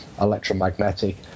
electromagnetic